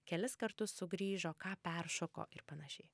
kelis kartus sugrįžo ką peršoko ir panašiai